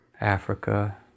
Africa